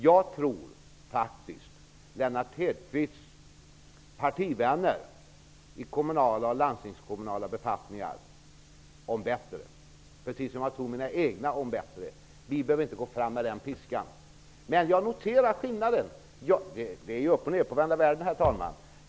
Jag tror faktiskt Lennart Hedquists partivänner på kommunala och landstingskommunala befattningar om bättre, precis som jag tror mina egna partivänner om bättre. Vi behöver inte gå fram med piska. Jag noterar skillnaden. Det är uppochnedvända världen, herr talman.